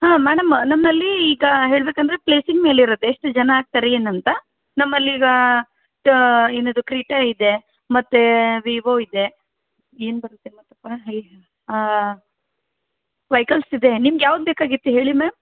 ಹಾಂ ಮೇಡಮ್ ನಮ್ಮಲ್ಲಿ ಈಗ ಹೇಳ್ಬೇಕಂದರೆ ಪ್ಲೇಸಿಂಗ್ ಮೇಲೆ ಇರತ್ತೆ ಎಷ್ಟು ಜನ ಆಗ್ತಾರೆ ಏನು ಅಂತ ನಮ್ಮಲ್ಲಿ ಈಗ ಏನದು ಕ್ರೀಟಾ ಇದೆ ಮತ್ತು ವಿವೋ ಇದೆ ಏನು ಮತ್ತು ಅಪ್ಪ ವೆಹಿಕಲ್ಸ್ ಇದೆ ನಿಮ್ಗೆ ಯಾವ್ದು ಬೇಕಾಗಿತ್ತು ಹೇಳಿ ಮ್ಯಾಮ್